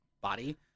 body